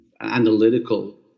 analytical